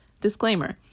Disclaimer